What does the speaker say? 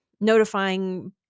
notifying